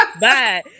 Bye